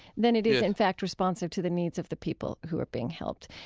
than it is in fact responsive to the needs of the people who are being helped.